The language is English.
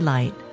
Light